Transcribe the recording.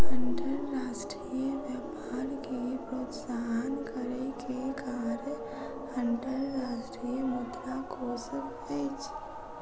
अंतर्राष्ट्रीय व्यापार के प्रोत्साहन करै के कार्य अंतर्राष्ट्रीय मुद्रा कोशक अछि